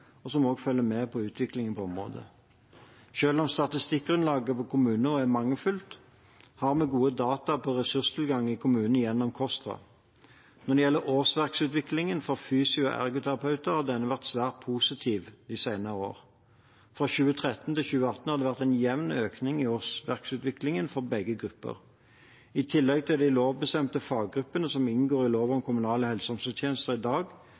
og som også følger med på utviklingen på området. Selv om statistikkgrunnlaget på kommunenivå er mangelfullt, har vi gode data på ressurstilgangen i kommunene gjennom KOSTRA. Når det gjelder årsverksutviklingen for fysio- og ergoterapeuter, har denne vært svært positiv de senere år. Fra 2013 til 2018 har det vært en jevn økning i årsverksutviklingen for begge grupper. I tillegg til de lovbestemte faggruppene som inngår i lov om kommunale helse- og omsorgstjenester i dag,